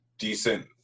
Decent